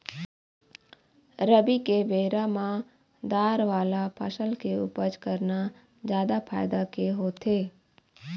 रबी के बेरा म दार वाला फसल के उपज करना जादा फायदा के होथे